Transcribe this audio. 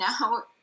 Now